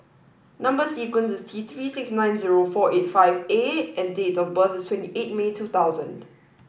number sequence is T three six nine four eight five A and date of birth is twenty eight May two thousand